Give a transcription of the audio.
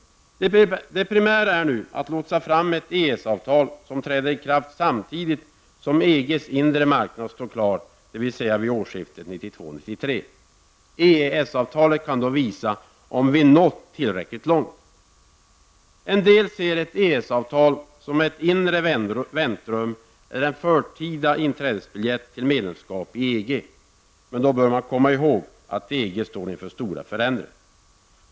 Det primära är nu att lotsa fram ett EES-avtal som träder i kraft samtidigt som EGs inre marknad står klar, dvs. vid årsskiftet 1992/1993. EES-avtalet kan då visa om vi nått tillräckligt långt. En del ser ett EES-avtal som ett inre väntrum eller en förtida inträdesbiljett till medlemskap i EG. Men de bör komma ihåg att EG står inför stora förändringar.